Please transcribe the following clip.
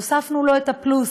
הוספנו לו את הפלוס,